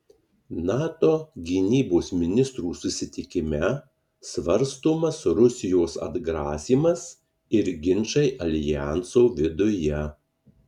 nato gynybos ministrų susitikime svarstomas rusijos atgrasymas ir ginčai aljanso viduje